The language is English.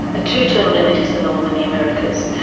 a two-term limit is the norm in the americas,